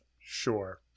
sure